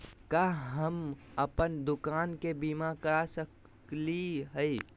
का हम अप्पन दुकान के बीमा करा सकली हई?